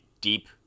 deep